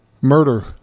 murder